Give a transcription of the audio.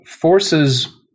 forces